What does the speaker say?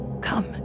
Come